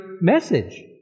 message